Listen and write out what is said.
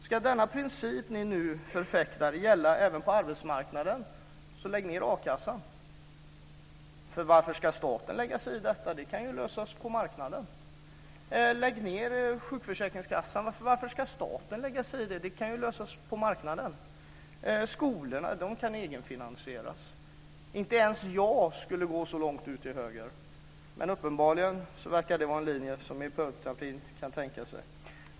Ska denna princip som Miljöpartiet nu förfäktar gälla även på arbetsmarknaden kan a-kassan läggas ned. Varför ska staten lägga sig i detta? Det kan ju lösas på marknaden. Lägg ned försäkringskassan. Varför ska staten lägga sig i det? Det kan ju lösas på marknaden. Skolorna kan egenfinansieras. Inte ens jag skulle gå så långt till höger, men uppenbarligen verkar det vara en linje som Miljöpartiet kan tänka sig.